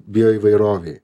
bio įvairovei